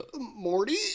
Morty